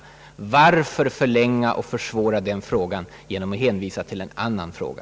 Varför försvåra och försena den reformen genom att hänvisa till en annan fråga?